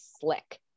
slick